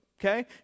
Okay